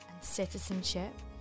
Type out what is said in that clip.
Citizenship